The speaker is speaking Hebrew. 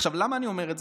למה אני אומר את זה?